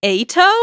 Ato